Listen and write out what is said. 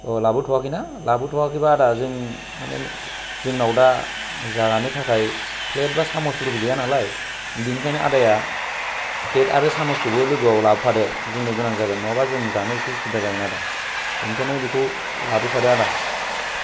औ लाबोथ'याखै ना लाबोथ'याखैबा आदा जों मानि जोंनाव दा जानो थाखाय फ्लेट बा सामसफोरबो गैया नालाय बेनिखायनो आदाया फ्लेट आरो सामसखौबो लोगोयाव लाबोफादो जोंनो गोनां जागोन नङाबा जों जानो ऐसे उसुबिदा जागोन आदा बेनिखायनो बेखौ लाबोफादो आदा